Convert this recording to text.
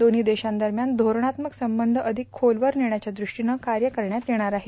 दोव्ही देशांदरम्यान धोरणात्मक संबंध अधिक खोलवर नेण्याच्या दृष्टीनं कार्य करण्यात येणार आहे